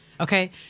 Okay